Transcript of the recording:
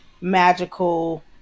magical